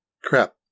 Crap